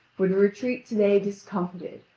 would retreat today discomfited,